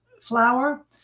flour